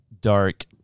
dark